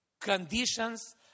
conditions